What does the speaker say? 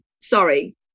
sorry